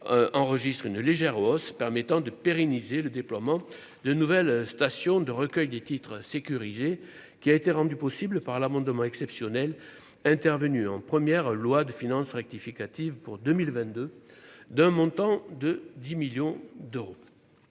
enregistre une légère hausse, permettant de pérenniser le déploiement de nouvelles stations de recueil des Titres sécurisés qui a été rendue possible par l'abondement exceptionnel intervenue en première loi de finances rectificative pour 2022, d'un montant de 10 millions d'euros,